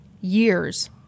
Years